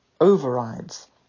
overrides